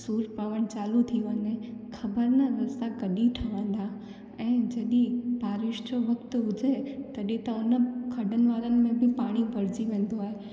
सूरु पवणु चालू थी वञे ख़बर न रस्ता कॾहिं ठहंदा ऐं जॾहिं बारिश जो वक़्तु हुजे तॾहिं त उन खॾनि वारनि में बि पाणी भरिजी वेंदो आहे